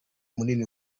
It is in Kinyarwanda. minini